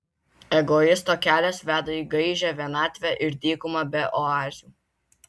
egoisto kelias veda į gaižią vienatvę ir dykumą be oazių